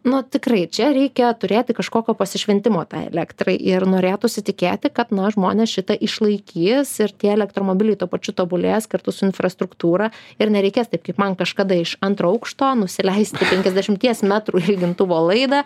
nu tikrai čia reikia turėti kažkokio pasišventimo tai elektrai ir norėtųsi tikėti kad na žmonės šitą išlaikys ir tie elektromobiliai tuo pačiu tobulės kartu su infrastruktūra ir nereikės taip kaip man kažkada iš antro aukšto nusileisti penkiasdešimties metrų ilgintuvo laidą